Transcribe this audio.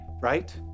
right